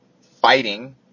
fighting